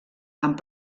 amb